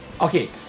okay